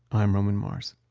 i'm roman mars.